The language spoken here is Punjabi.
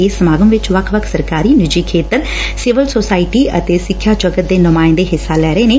ਇਸ ਸਮਾਗਮ ਵਿਚ ਵੱਖ ਵੱਖ ਸਰਕਾਰੀ ਨਿੱਜੀ ਖੇਤਰ ਸਿਵਲ ਸੋਸਾਇਟੀ ਅਤੇ ਸਿੱਖਿਆ ਜਗਤ ਦੇ ਨੁਮਾੰਇਦੇ ਹਿੱਸਾ ਲੈ ਰਹੇ ਨੇ